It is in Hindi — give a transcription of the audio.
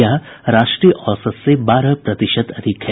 यह राष्ट्रीय औसत से बारह प्रतिशत अधिक है